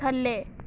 ਥੱਲੇ